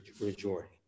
majority